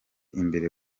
imbere